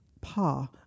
Pa